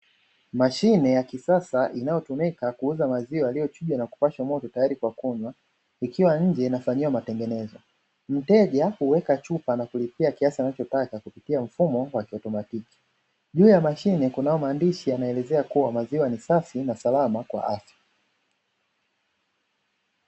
Mashine ya kisasa inayotumika kuuza maziwa yaliyochujwa na kupashwa moto tayari kwa kunywa, ikiwa nje inafanyiwa matengenezo, mteja huweka chupa na kulipia kiasi anachotaka kupitia mfumo wa kiautomatiki, juu ya mashine kuna maandishi yanaelezea kuwa maziwa ni safi na salama kwa afya.